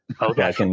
Okay